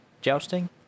Jousting